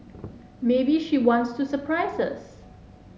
maybe she wants to surprise us